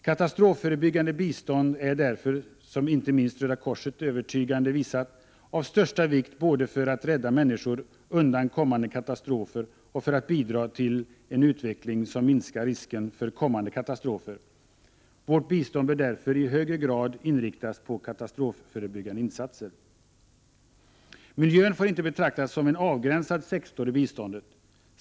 Katastrofförebyggande bistånd är därför, vilket inte minst Röda korset övertygande visat, av största vikt både för att rädda människor undan kommande katastrofer och för att bidra till en utveckling som minskar risken för kommande katastrofer. Vårt bistånd bör därför i högre grad inriktas på katastrofförebyggande insatser. Miljön får inte betraktas som en avgränsad sektor i biståndet.